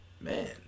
man